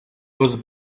was